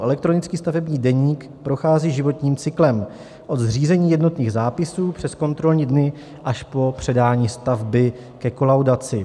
Elektronický stavební deník prochází životním cyklem od zřízení jednotných zápisů přes kontrolní dny až po předání stavby ke kolaudaci.